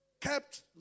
kept